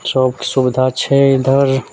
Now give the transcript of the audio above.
सब सुविधा छै इधर